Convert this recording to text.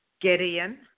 Gideon